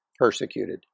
persecuted